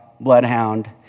bloodhound